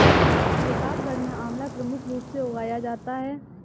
प्रतापगढ़ में आंवला प्रमुख रूप से उगाया जाता है